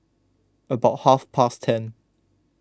about half past ten